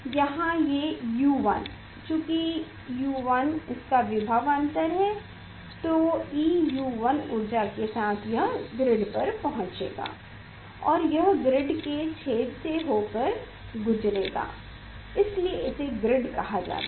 यहाँ ये U1 चूंकि U1 इसका विभव अंतर है तो eU1 ऊर्जा के साथ यह ग्रिड पर पहुँचेगा और यह ग्रिड के छेद से होकर गुजरेगा इसलिए इसे ग्रिड कहा जाता है